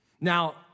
Now